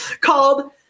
called